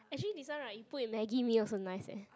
actually this one right you put in maggi mee also nice leh